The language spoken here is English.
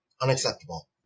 Unacceptable